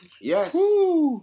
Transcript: Yes